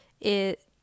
it-